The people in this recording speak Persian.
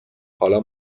حالا